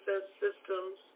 systems